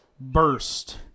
burst